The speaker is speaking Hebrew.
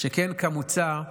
כמוצע,